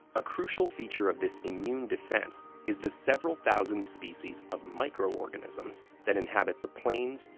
a crucial feature of this immune defense is the several thousand species of microorganisms that inhabit the planes,